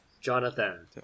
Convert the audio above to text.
Jonathan